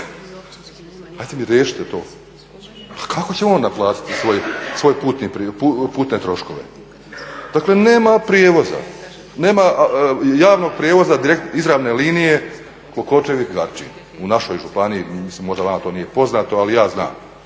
Ajde mi riješite to? Pa kako će on naplatiti svoje putne troškove? Dakle nema javnog prijevoza izravne linije Klokočevik-Garčin u našoj županiji mislim možda vama to nije poznato, ali ja znam